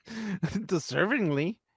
Deservingly